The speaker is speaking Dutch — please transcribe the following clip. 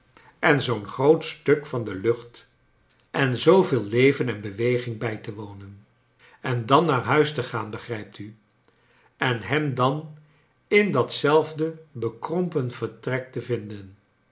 en zoo'n groot stuk van de lucht en zooveel leven en beweging bij te wonen en dan naar huis te gaan begrijpt u en hem dan in dat zelfde bekrompen vertrek te vinden